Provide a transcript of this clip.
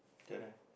tell them